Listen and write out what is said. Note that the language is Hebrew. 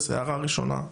הערה ראשונה.